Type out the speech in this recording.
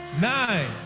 Nine